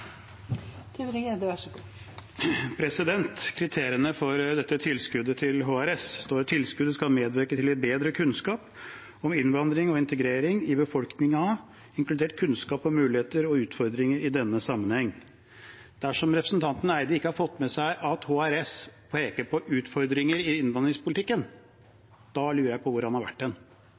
kriteriene for dette tilskuddet til HRS står det at tilskuddet skal medvirke til å gi bedre kunnskap om innvandring og integrering i befolkningen, inkludert kunnskap om muligheter og utfordringer i denne sammenheng. Dersom representanten Eide ikke har fått med seg at HRS peker på utfordringer i innvandringspolitikken, da lurer jeg på hvor han har vært hen. Er det noe HRS gjør, er det å utfordre den